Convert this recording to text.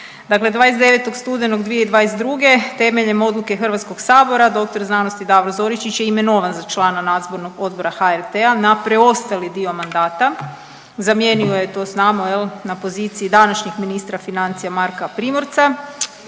Dakle, 29. studenog 2022. temeljem odluke Hrvatskog sabora dr.sc. Davor Zoričić je imenovan za člana Nadzornog odbora HRT-a na preostali dio mandata. Zamijenio je to znamo jel na poziciji današnjeg ministra financija Marka Primorca